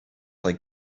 like